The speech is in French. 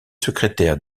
secrétaire